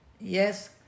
Yes